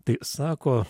tai sako